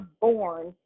born